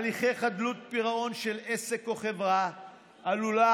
הליכי חדלות פירעון של עסק או חברה עלולים